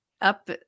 up